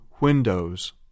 windows